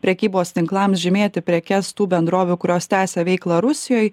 prekybos tinklams žymėti prekes tų bendrovių kurios tęsia veiklą rusijoj